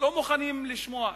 לא מוכנים לשמוע,